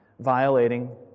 violating